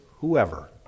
whoever